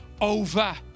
over